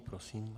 Prosím.